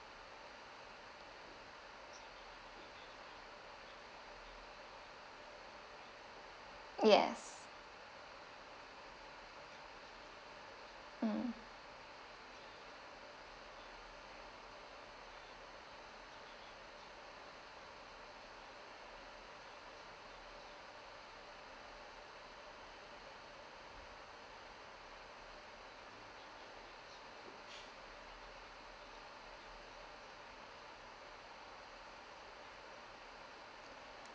yes mm